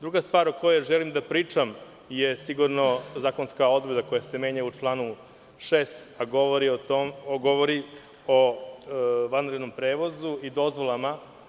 Druga stvar o kojoj želim da pričam je sigurno zakonska odredba koja se menja u članu 6, a govori o vanrednom prevozu i dozvolama.